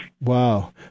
Wow